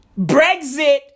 Brexit